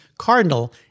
cardinal